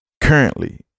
currently